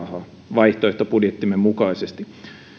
vaihtoehtobudjettimme mukaisesti